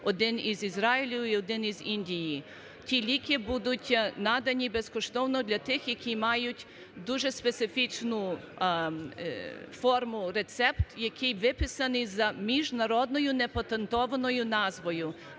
1 із Ізраїлю і 1 із Індії. Ті ліки будуть надані безкоштовно для тих, які мають дуже специфічну форму (рецепт), який виписаний за міжнародною непатентованою назвою,